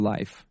Life